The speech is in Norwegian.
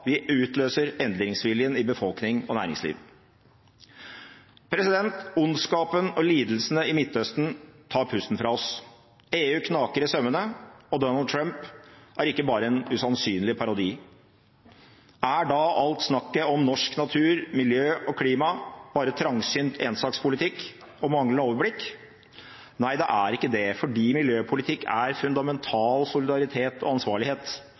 vi utløser endringsviljen i befolkning og næringsliv. Ondskapen og lidelsene i Midtøsten tar pusten fra oss. EU knaker i sømmene, og Donald Trump er ikke bare en usannsynlig parodi. Er da alt snakket om norsk natur, miljø og klima bare trangsynt énsakspolitikk og manglende overblikk? Nei, det er ikke det, fordi miljøpolitikk er fundamental solidaritet og ansvarlighet.